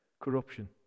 corruption